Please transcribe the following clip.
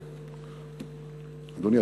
אדוני,